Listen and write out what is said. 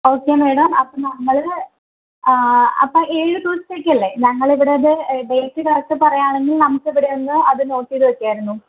okay madam അപ്പം നമ്മൾ അപ്പോൾ ഏഴുദിവസത്തേക്കല്ലേ ഞങ്ങളിവിടത് ഡേറ്റ് കറക്റ്റ് പറയാണെങ്കിൽ നമുക്കിവിടെ ഒന്ന് അത് നോട്ട് ചെയ്ത് വെക്കാമായിരുന്നു